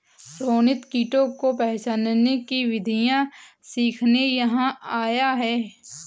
रोनित कीटों को पहचानने की विधियाँ सीखने यहाँ आया है